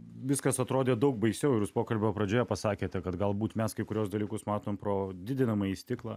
viskas atrodė daug baisiau ir jūs pokalbio pradžioje pasakėte kad galbūt mes kai kuriuos dalykus matom pro didinamąjį stiklą